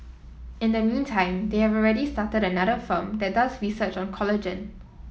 in the meantime they have already started another firm that does research on collagen